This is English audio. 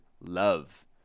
love